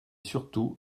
surtout